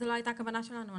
זאת לא הייתה הכוונה שלנו,